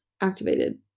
activated